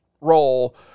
role